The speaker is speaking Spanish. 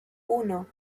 uno